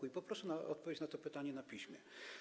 I poproszę o odpowiedź na to pytanie na piśmie.